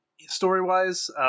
story-wise